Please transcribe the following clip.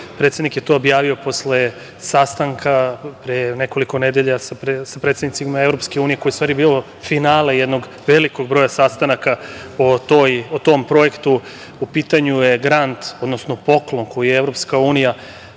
Predsednik je to objavio posle sastanka pre nekoliko nedelja sa predsednicima Evropske unije, koji je u stvari bio finale jednog velikog broja sastanaka o tom projektu. U pitanju je grant, odnosno poklon koji